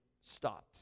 stopped